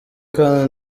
kandi